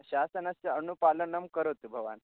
शासनस्य अनुपालनं करोतु भवान्